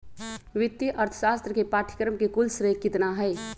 वित्तीय अर्थशास्त्र के पाठ्यक्रम के कुल श्रेय कितना हई?